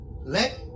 let